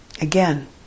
Again